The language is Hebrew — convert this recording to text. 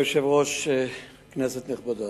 כבוד היושב-ראש, כנסת נכבדה,